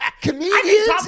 Comedians